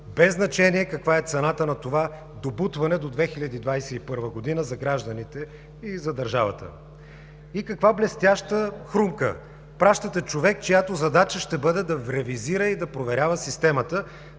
без значение каква е цената на това „добутване“ до 2021 г. за гражданите и за държавата. И каква блестяща хрумка! Пращате човек, чиято задача ще бъде да ревизира и да проверява системата,